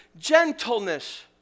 Gentleness